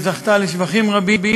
שזכתה לשבחים רבים,